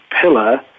Pillar